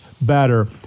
better